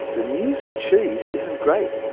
the news for cheese isn't great.